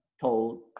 told